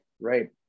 Right